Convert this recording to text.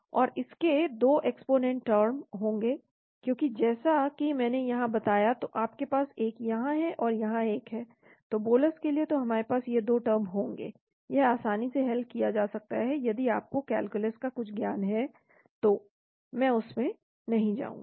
तो इसके 2 exponent term होंगे क्योंकि जैसा कि मैंने यहां बताया तो आपके पास एक यहां है और यहां एक है तो बोलस के लिए तो हमारे पास ये 2 टर्म होंगे यह आसानी से हल किया जा सकता है यदि आपको कैल्कुलस का कुछ ज्ञान है तो मैं उस में नहीं जाऊंगा